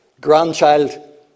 grandchild